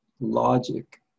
logic